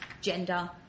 gender